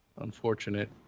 Unfortunate